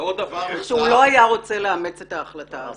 הוא לא היה רוצה לאמץ את ההחלטה הזו.